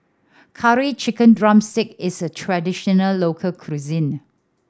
Curry Chicken drumstick is a traditional local cuisine